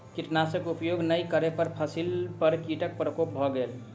कीटनाशक उपयोग नै करै पर फसिली पर कीटक प्रकोप भ गेल